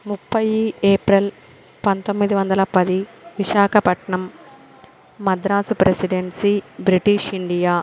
ముప్పై ఏప్రిల్ పంతొమ్మిది వందల పది Visakhapatnam Madras presidency British India